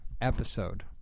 episode